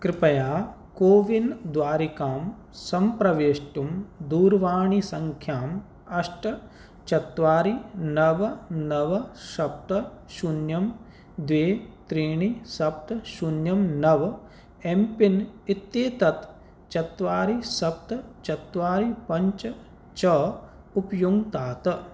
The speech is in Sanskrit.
कृपया कोविन् द्वारिकां सम्प्रवेष्टुं दूरवाणीसङ्ख्याम् अष्ट चत्वारि नव नव शप्त शुन्यं द्वे त्रीणि सप्त शून्यं नव एं पिन् इत्येतत् चत्वारि सप्त चत्वारि पञ्च च उपयुङ्क्तात्